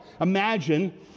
imagine